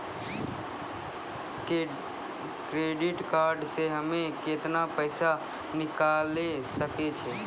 Credit card से हम्मे केतना पैसा निकाले सकै छौ?